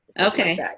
Okay